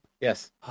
Yes